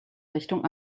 richtung